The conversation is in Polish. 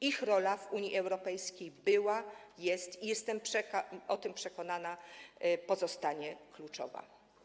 Ich rola w Unii Europejskiej była, jest i - jestem o tym przekonana - pozostanie kluczowa.